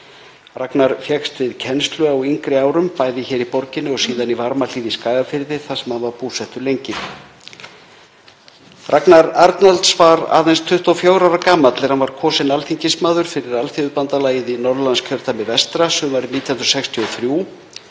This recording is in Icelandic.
Ragnar fékkst við kennslu á yngri árum, bæði hér í borginni og síðar í Varmahlíð í Skagafirði þar sem hann var búsettur lengi. Ragnar Arnalds var aðeins 24 ára gamall er hann var kosinn alþingismaður fyrir Alþýðubandalagið í Norðurlandskjördæmi vestra sumarið 1963,